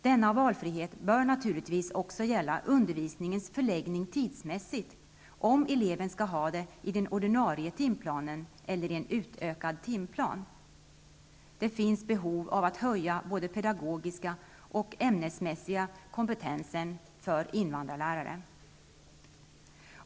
Denna valfrihet bör naturligtvis också gälla undervisningens förläggning tidsmässigt -- om eleven skall ha denna undervisning inom den ordinarie timplanen eller i en utökad timplan. Det finns behov av att höja både den pedagogiska och den ämnesmässiga kompetensen hos invandrarlärare.